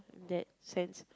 that sense